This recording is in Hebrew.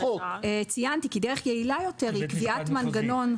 "ציינתי כי דרך יעילה יותר היא קביעת מנגנון,